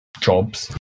jobs